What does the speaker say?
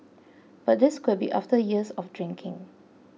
but this could be after years of drinking